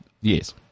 Yes